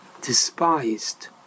despised